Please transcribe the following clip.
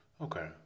Okay